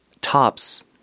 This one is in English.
tops